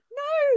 no